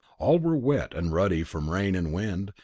all were wet and ruddy from rain and wind,